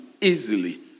easily